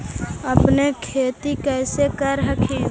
अपने खेती कैसे कर हखिन?